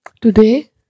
Today